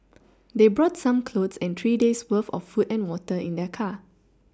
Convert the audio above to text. they brought some clothes and three days' worth of food and water in their car